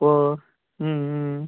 ஓ ம் ம்